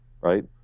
right